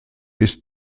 ist